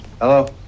Hello